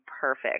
perfect